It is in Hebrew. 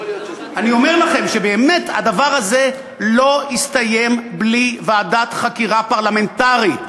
אני אומר לכם שבאמת הדבר הזה לא יסתיים בלי ועדת חקירה פרלמנטרית.